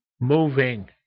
moving